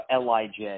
LIJ